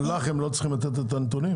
אבל לך הם לא צריכים לתת את הנתונים?